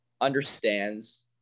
understands